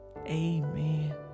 Amen